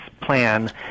plan